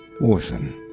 Orson